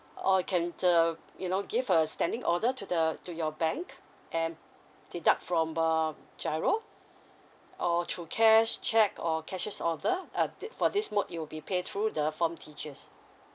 or you can uh you know give a standing order to the to your bank and deduct from uh giro or through cash cheque or cashier's order uh the for this mode you'll be pay through the form teachers